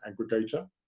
aggregator